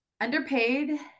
underpaid